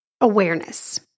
Awareness